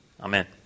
Amen